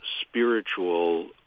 spiritual